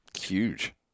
Huge